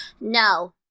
No